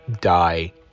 die